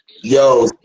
Yo